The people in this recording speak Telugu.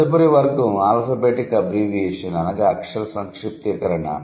తదుపరి వర్గం ఆల్ఫబేటిక్ అబ్బ్రీవియేషణ్ అనగా అక్షర సంక్షిప్తీకరణ